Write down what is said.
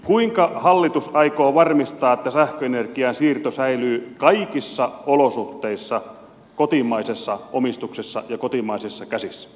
kuinka hallitus aikoo varmistaa että sähköenergian siirto säilyy kaikissa olosuhteissa kotimaisessa omistuksessa ja kotimaisissa käsissä